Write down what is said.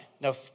Now